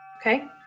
Okay